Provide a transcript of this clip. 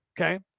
Okay